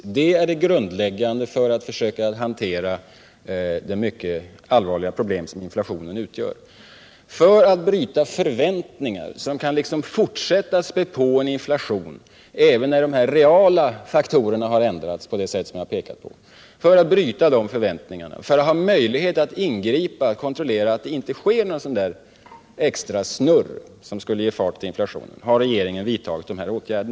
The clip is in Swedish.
Det är det grundläggande för att försöka hantera det mycket allvarliga problem som inflationen utgör. För att bryta förväntningar som liksom kan fortsätta att späda på en inflation även när dessa reella faktorer ändras på det sätt jag pekat på, för att bryta dessa förväntningar, för att ha möjlighet att ingripa och kontrollera att det inte sker någon extra ”snurr” som skulle kunna ge fart åt inflationen har regeringen vidtagit dessa åtgärder.